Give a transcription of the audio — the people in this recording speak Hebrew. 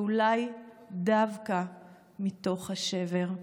ואולי דווקא מתוך השבר.